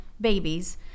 babies